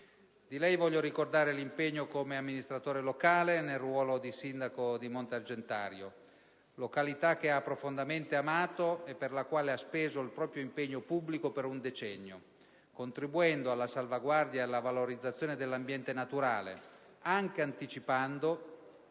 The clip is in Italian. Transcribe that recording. Di lei voglio ricordare l'impegno come amministratore locale, nel ruolo di Sindaco di Monte Argentario, località che ha profondamente amato e per la quale ha speso il proprio impegno pubblico per un decennio, contribuendo alla salvaguardia e alla valorizzazione dell'ambiente naturale, anche anticipando